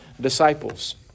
disciples